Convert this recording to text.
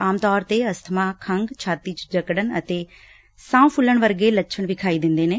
ਆਮ ਤੌਰ ਤੇ ਅਸਬਮਾ ਚ ਖੰਘ ਛਾਤੀ ਚ ਜਕੜਨ ਅਤੇ ਸ਼ਾਹ ਫੁੱਲਣ ਵਰਗੇ ਲੱਛਣ ਵਿਖਾਈ ਦਿੰਦੇ ਨੇ